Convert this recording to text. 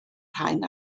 rhain